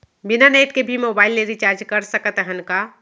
बिना नेट के भी मोबाइल ले रिचार्ज कर सकत हन का?